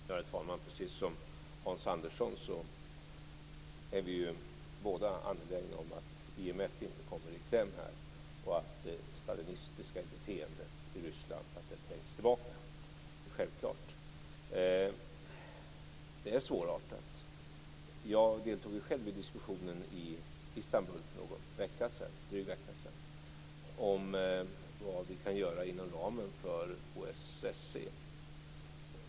Herr talman! Precis som Hans Andersson sade är vi båda angelägna om att IMF inte kommer i kläm och att det stalinistiska beteendet i Ryssland trängs tillbaka. Det är självklart. Men det här är svårt. Jag deltog själv i diskussionen i Istanbul för en dryg vecka sedan om vad vi kan göra inom ramen för OSSE.